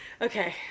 Okay